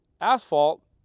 Asphalt